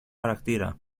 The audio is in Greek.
χαρακτήρα